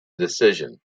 decision